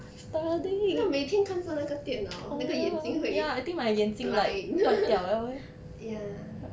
每天看着那个电脑那个眼睛会 blind ya